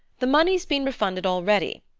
the money's been refunded already.